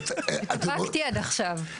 התאפקתי עד עכשיו.